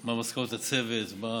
מה מסקנות הצוות, מה